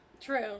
True